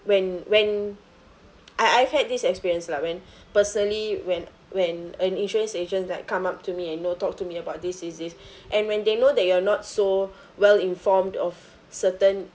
when when I I've had this experience lah when personally when when an insurance agent that come up to me and you know talk to me about this this this and when they know that you're not so well informed of certain